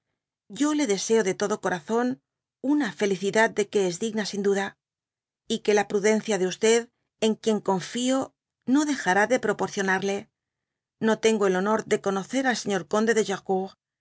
yo le deseo de todo corazón una felicidad de que es digna sin duda y que la pmdencia de en qoien eonfio no dejará de proporcionarle no tengo el honor de eonocer al señor conde de